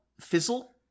Fizzle